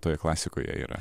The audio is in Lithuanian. toj klasikoje yra